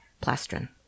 plastron